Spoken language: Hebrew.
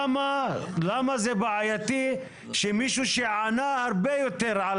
למה זה בעייתי שמישהו שענה הרבה יותר ?